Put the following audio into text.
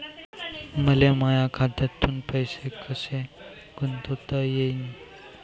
मले माया खात्यातून पैसे कसे गुंतवता येईन?